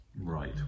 Right